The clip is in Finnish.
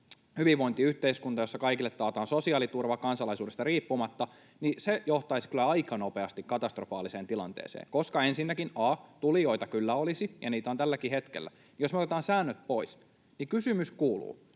hyvinvointiyhteiskunta, jossa kaikille taataan sosiaaliturva kansalaisuudesta riippumatta, niin se johtaisi kyllä aika nopeasti katastrofaaliseen tilanteeseen. Koska ensinnäkin tulijoita kyllä olisi, ja niitä on tälläkin hetkellä. Jos me otetaan säännöt pois, niin kysymys kuuluu: